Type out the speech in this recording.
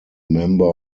member